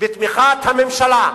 בתמיכת הממשלה.